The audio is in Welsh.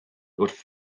wrth